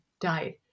died